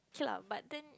okay lah but then